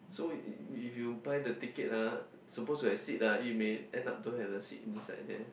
so if if if you buy the ticket ah supposed to have seat ah you may end up don't have the seat inside there